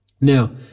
Now